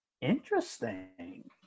Interesting